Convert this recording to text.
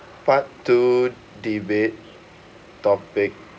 part two debate topic